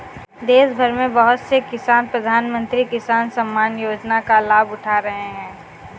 देशभर में बहुत से किसान प्रधानमंत्री किसान सम्मान योजना का लाभ उठा रहे हैं